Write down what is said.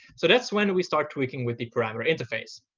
so that's when we start tweaking with the parameter interface.